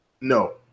No